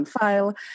file